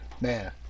man